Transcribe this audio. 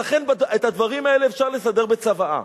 ולכן, את הדברים האלה אפשר לסדר בצוואה.